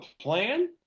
plan